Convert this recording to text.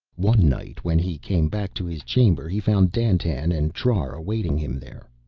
one night when he came back to his chamber he found dandtan and trar awaiting him there.